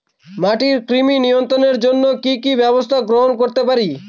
মাটির কৃমি নিয়ন্ত্রণের জন্য কি কি ব্যবস্থা গ্রহণ করতে পারি?